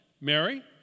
Mary